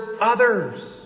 others